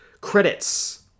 credits